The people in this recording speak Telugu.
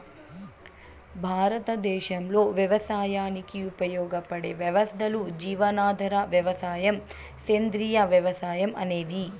భారతదేశంలో వ్యవసాయానికి ఉపయోగపడే వ్యవస్థలు జీవనాధార వ్యవసాయం, సేంద్రీయ వ్యవసాయం అనేవి